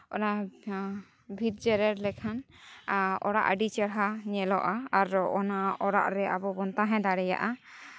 ᱚᱱᱟ ᱵᱷᱤᱛ ᱡᱮᱨᱮᱲ ᱞᱮᱠᱷᱟᱱ ᱚᱲᱟᱜ ᱟᱹᱰᱤ ᱪᱮᱦᱨᱟ ᱧᱮᱞᱚᱜᱼᱟ ᱟᱨ ᱚᱱᱟ ᱚᱲᱟᱜ ᱨᱮ ᱟᱵᱚ ᱵᱚᱱ ᱛᱟᱦᱮᱸ ᱫᱟᱲᱮᱭᱟᱜᱼᱟ